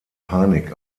panik